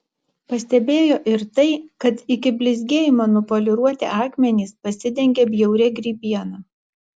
pastebėjo ir tai kad iki blizgėjimo nupoliruoti akmenys pasidengė bjauria grybiena